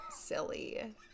Silly